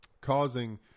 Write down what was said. causing